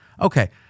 Okay